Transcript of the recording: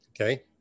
Okay